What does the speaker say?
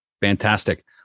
Fantastic